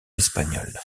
espagnols